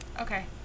Okay